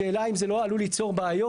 השאלה אם זה לא עלול ליצור בעיות.